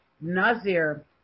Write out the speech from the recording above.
Nazir